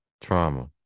Trauma